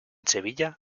sevilla